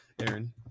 Aaron